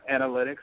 analytics